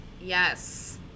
Yes